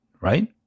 right